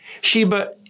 Sheba